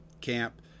camp